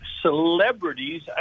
Celebrities